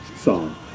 song